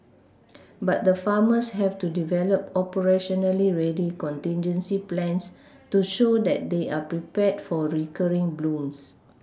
but the farmers have to develop operationally ready contingency plans to show that they are prepared for recurring blooms